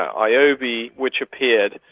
ioby, which appeared.